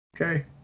Okay